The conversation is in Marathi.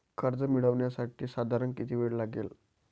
कर्ज मिळविण्यासाठी साधारण किती वेळ लागेल?